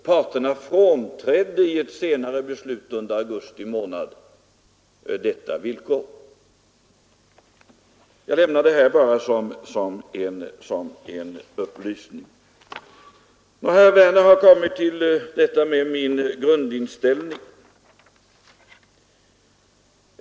Parterna frånträdde i ett senare beslut under augusti månad detta villkor. Jag nämner det här bara som en upplysning. Herr Werner har uppehållit sig vid min grundinställning.